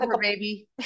baby